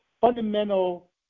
fundamental